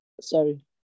Sorry